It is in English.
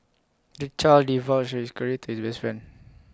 the child divulged his great to his best friend